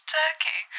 turkey